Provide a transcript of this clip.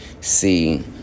See